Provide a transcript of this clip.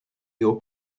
your